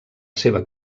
seva